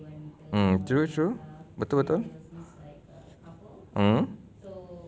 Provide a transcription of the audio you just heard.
mm true true betul betul mmhmm